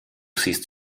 siehst